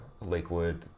Lakewood